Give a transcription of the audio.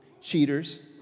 cheaters